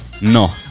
No